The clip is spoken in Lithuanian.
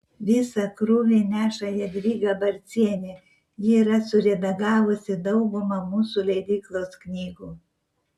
visą krūvį neša jadvyga barcienė ji yra suredagavusi daugumą mūsų leidyklos knygų